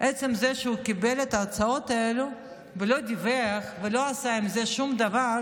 עצם זה שהוא קיבל את ההצעות האלו ולא דיווח ולא עשה עם זה שום דבר,